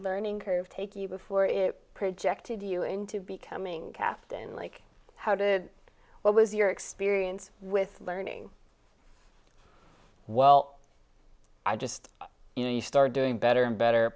learning curve take you before it projected you into becoming captain like how did what was your experience with learning well i just you know you started doing better and better